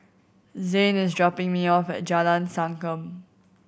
zayne is dropping me off at Jalan Sankam